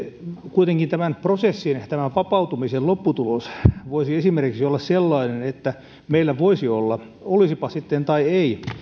kuitenkin tämän prosessin tämän vapautumisen lopputulos voisi esimerkiksi olla sellainen että meillä voisi olla olisipa sitten tai ei